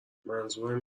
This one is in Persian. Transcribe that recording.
منظورم